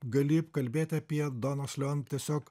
gali kalbėti apie donos leon tiesiog